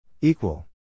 Equal